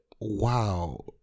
Wow